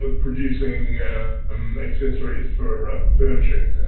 ah producing um accessories for furnituring,